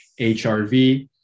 HRV